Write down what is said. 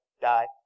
die